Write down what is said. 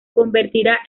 convertirá